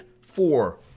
four